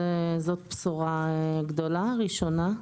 זאת בשורה גדולה ראשונה.